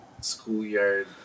schoolyard